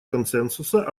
консенсуса